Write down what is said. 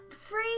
free